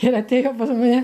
ir atėjo pas mane